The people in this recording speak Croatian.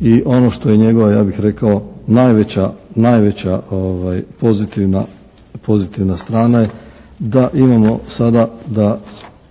i ono što je njegova, ja bih rekao, najveća pozitivna strana je da imamo sada da